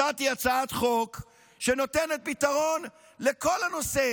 הצעתי הצעת חוק שנותנת פתרון לכל הנושא